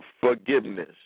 Forgiveness